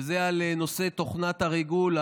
וזה על תוכנת הריגול,